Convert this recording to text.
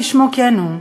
כשמו כן הוא,